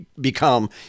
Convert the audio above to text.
become